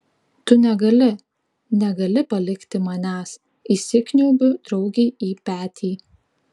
tu negali negali palikti manęs įsikniaubiu draugei į petį